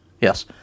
Yes